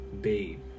Babe